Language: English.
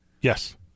Yes